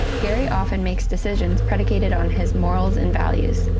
gary often makes decisions predicated on his morals and values.